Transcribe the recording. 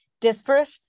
disparate